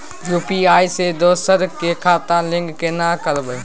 UPI से दोसर के खाता लिंक केना करबे?